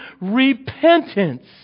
repentance